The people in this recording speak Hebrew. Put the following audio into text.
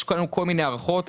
יש כל מיני הערכות.